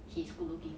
he's good looking